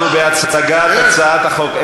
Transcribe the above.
אנחנו בהצגת הצעת החוק.